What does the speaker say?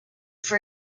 for